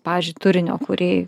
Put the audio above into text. pavyzdžiui turinio kūrėjai